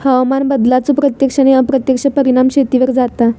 हवामान बदलाचो प्रत्यक्ष आणि अप्रत्यक्ष परिणाम शेतीवर जाता